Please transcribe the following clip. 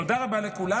תודה רבה לכולם.